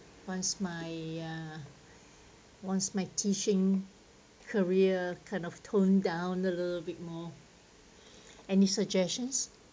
once my ya once my teaching career kind of tone down a little bit more any suggestions